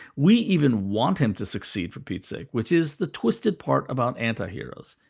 we even want him to succeed, for pete's sake, which is the twisted part about anti-heroes.